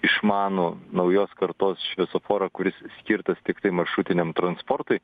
išmanų naujos kartos šviesoforą kuris skirtas tiktai maršrutiniam transportui